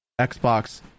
Xbox